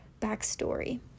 backstory